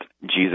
Jesus